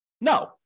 No